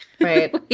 right